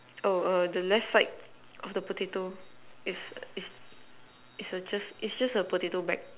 oh uh the left side of the potato is is is just is just a potato bag